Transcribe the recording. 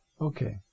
Okay